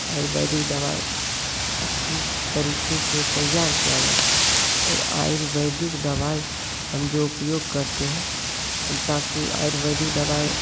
आयुर्वेदिक दवा अच्छी तरीके से तैयार किया जाता है और आयुर्वेदिक दवाई हम जो उपयोग करते हैं ताकि आयुर्वेदिक दवाई